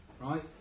right